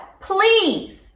please